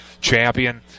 champion